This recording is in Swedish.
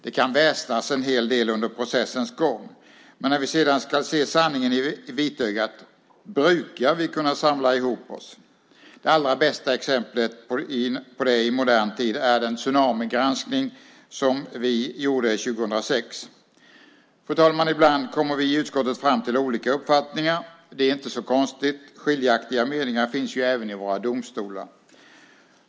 Det kan väsnas en hel del under processens gång. Men när vi sedan ska se sanningen i vitögat brukar vi kunna samla ihop oss. Det allra bästa exemplet på det i modern tid är tsunamigranskningen som vi gjorde år 2006. Fru talman! Ibland kommer vi i utskottet fram till olika uppfattningar. Det är inte så konstigt. Skiljaktiga meningar finns även i våra domstolar.